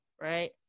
right